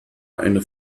eine